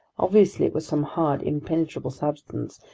obviously it was some hard, impenetrable substance,